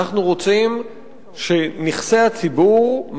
אנחנו רוצים שנכסי הציבור,